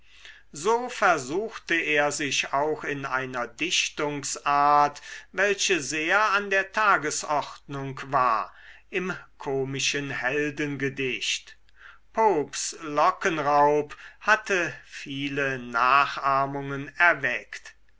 so versuchte er sich auch in einer dichtungsart welche sehr an der tagesordnung war im komischen heldengedicht popes lockenraub hatte viele nachahmungen erweckt